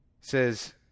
says